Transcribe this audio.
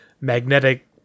magnetic